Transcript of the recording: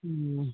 ᱚ